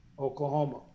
Oklahoma